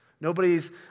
Nobody's